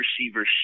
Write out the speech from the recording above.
receiver